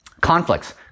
conflicts